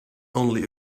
only